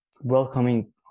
welcoming